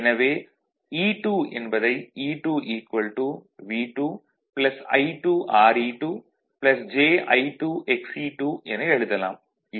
எனவே E2 என்பதை E2 V2 I2 Re2 j I2 Xe2 என எழுதலாம்